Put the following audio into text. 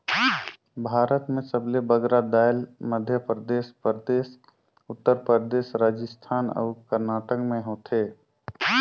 भारत में सबले बगरा दाएल मध्यपरदेस परदेस, उत्तर परदेस, राजिस्थान अउ करनाटक में होथे